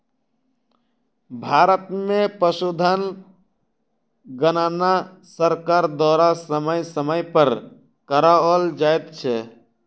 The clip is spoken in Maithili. भारत मे पशुधन गणना सरकार द्वारा समय समय पर कराओल जाइत छै